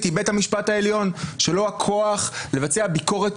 היא בית המשפט העליון שלו הכוח לבצע ביקורת